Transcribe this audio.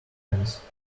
fence